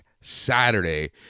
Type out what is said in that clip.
saturday